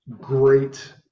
great